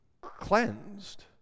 cleansed